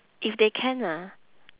if they can ah